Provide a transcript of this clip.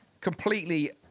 completely